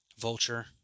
Vulture